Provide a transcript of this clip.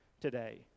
today